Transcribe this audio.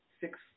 six